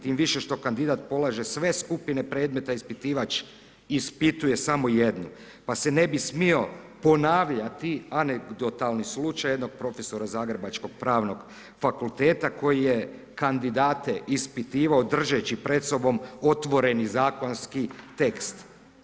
Tim više što kandidat polaže sve skupine predmeta, ispitivač ispituje samo jednu, pa se ne bi smio ponavljati anegdotalni slučaj jednog profesora zagrebačkog pravnog fakulteta koja je kandidate ispitivao, držeći pred sobom otvoreni zakonski tekst.